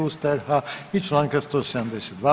Ustava RH i Članka 172.